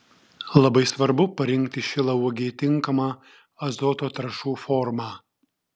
labai svarbu parinkti šilauogei tinkamą azoto trąšų formą